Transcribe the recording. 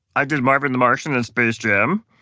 i did marvin the martian in space jam.